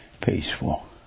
Peaceful